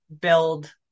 build